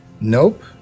Nope